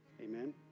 Amen